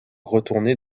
retourner